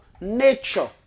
nature